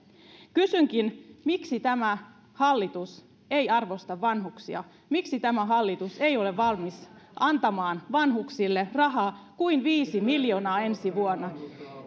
kysynkin miksi tämä hallitus ei arvosta vanhuksia miksi tämä hallitus ei ole valmis antamaan vanhuksille rahaa kuin viisi miljoonaa ensi vuonna